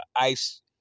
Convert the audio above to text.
ice